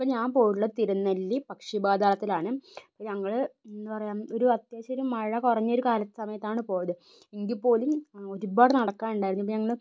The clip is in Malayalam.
ഇപ്പം ഞാൻ പോയിട്ടുള്ള തിരുനെല്ലി പക്ഷിപാതാളത്തിലാണ് ഞങ്ങള് എന്താ പറയുക ഒരു അത്യാവശ്യയൊരു മഴ കുറഞ്ഞ ഒരു സമയത്താണ് പോയത് എങ്കിൽപ്പോലും ഒരുപാട് നടക്കാൻ ഉണ്ടായിരുന്നു ഞങ്ങള്